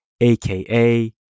AKA